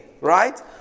Right